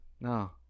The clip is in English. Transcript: No